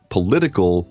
Political